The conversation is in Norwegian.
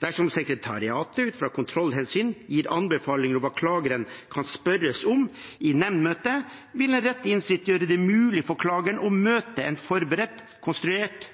Dersom sekretariatet ut fra kontrollhensyn gir anbefalinger om hva klageren kan spørres om i nemndmøtet, vil en rett til innsyn gjøre det mulig for klageren å møte med en forberedt konstruert